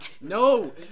No